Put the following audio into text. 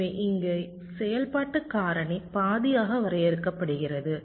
எனவே இங்கே செயல்பாட்டு காரணி பாதியாக வரையறுக்கப்படுகிறது